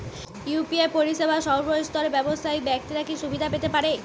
UPI পরিসেবা সর্বস্তরের ব্যাবসায়িক ব্যাক্তিরা কি সুবিধা পেতে পারে?